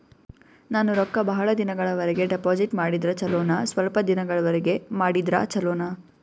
ನಾನು ರೊಕ್ಕ ಬಹಳ ದಿನಗಳವರೆಗೆ ಡಿಪಾಜಿಟ್ ಮಾಡಿದ್ರ ಚೊಲೋನ ಸ್ವಲ್ಪ ದಿನಗಳವರೆಗೆ ಮಾಡಿದ್ರಾ ಚೊಲೋನ?